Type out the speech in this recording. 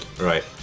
Right